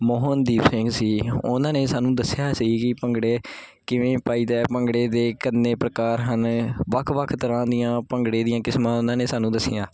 ਮੋਹਨਦੀਪ ਸਿੰਘ ਸੀ ਉਹਨਾਂ ਨੇ ਸਾਨੂੰ ਦੱਸਿਆ ਸੀ ਕਿ ਭੰਗੜੇ ਕਿਵੇਂ ਪਾਈਦਾ ਹੈ ਭੰਗੜੇ ਦੇ ਕਿੰਨੇ ਪ੍ਰਕਾਰ ਹਨ ਵੱਖ ਵੱਖ ਤਰ੍ਹਾਂ ਦੀਆਂ ਭੰਗੜੇ ਦੀਆਂ ਕਿਸਮਾਂ ਉਹਨਾਂ ਨੇ ਸਾਨੂੰ ਦੱਸੀਆਂ